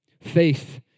Faith